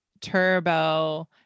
Turbo